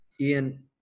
Ian